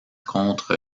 contre